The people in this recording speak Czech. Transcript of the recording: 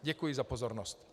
Děkuji za pozornost.